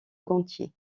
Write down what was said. gontier